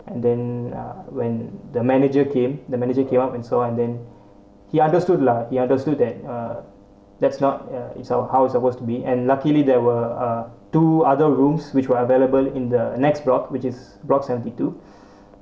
and then uh when the manager came the manager came up and saw and then he understood lah he understood that uh that's not uh is our house supposed be and luckily there were uh two other rooms which were available in the next block which is block seventy two